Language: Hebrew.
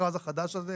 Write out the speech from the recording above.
במכרז החדש הזה.